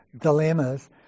dilemmas